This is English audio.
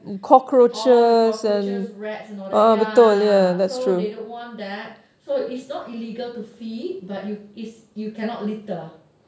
all the cockroaches rats and all that ya so they don't want that so it's not illegal to feed but is you cannot litter